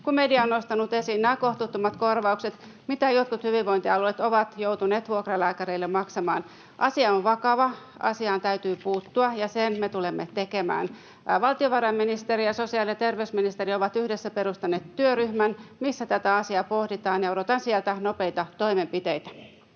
kun media on nostanut esiin nämä kohtuuttomat korvaukset, mitä jotkut hyvinvointialueet ovat joutuneet vuokralääkäreille maksamaan. Asia on vakava. Asiaan täytyy puuttua, ja sen me tulemme tekemään. Valtiovarainministeriö ja sosiaali- ja terveysministeriö ovat yhdessä perustaneet työryhmän, missä tätä asiaa pohditaan, ja odotan sieltä nopeita toimenpiteitä.